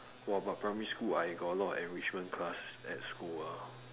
!wah! but primary school I got a lot of enrichment classes at school ah